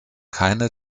keine